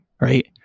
right